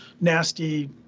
nasty